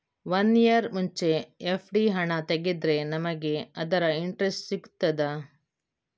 One year ಮುಂಚೆ FD ಹಣ ತೆಗೆದ್ರೆ ನಮಗೆ ಅದರ ಇಂಟ್ರೆಸ್ಟ್ ಸಿಗ್ತದ?